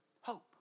Hope